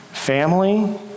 Family